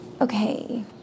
Okay